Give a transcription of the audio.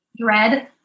dread